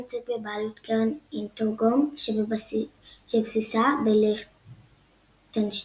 נמצאת בבעלות קרן אינטרוגו שבסיסה בליכטנשטיין.